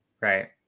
right